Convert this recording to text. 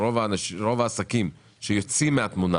שרוב העסקים שיוצאים מן התמונה